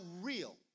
real